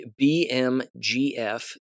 BMGF